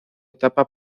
etapa